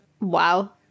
Wow